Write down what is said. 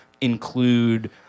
include